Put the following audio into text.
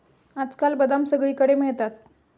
आजकाल बदाम सगळीकडे मिळतात